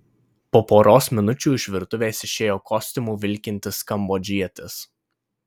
po poros minučių iš virtuvės išėjo kostiumu vilkintis kambodžietis